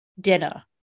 dinner